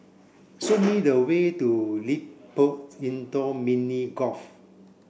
show me the way to LilliPutt Indoor Mini Golf